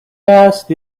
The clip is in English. asked